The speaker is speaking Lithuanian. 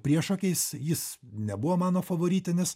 priešokiais jis nebuvo mano favoritinis